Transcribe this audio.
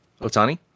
Otani